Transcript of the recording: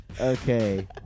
Okay